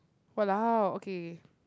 !walao! okay K